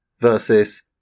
versus